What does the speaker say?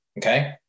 Okay